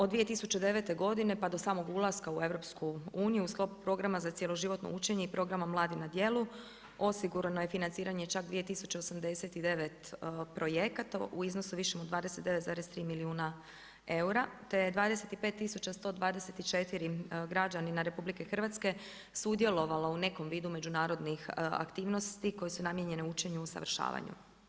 Od 2009. godine pa do samog ulaska u EU u sklopu programa za cjeloživotno učenje i programa „Mladi na djelu“ osigurano je financiranje čak 2089 projekata u iznosu višem od 29,3 milijuna eura, te 25124 građanina RH sudjelovalo u nekom vidu međunarodnih aktivnosti koje su namijenjene učenju i usavršavanju.